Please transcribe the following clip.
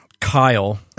Kyle